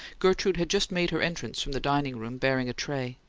gertrude had just made her entrance from the dining-room, bearing a tray.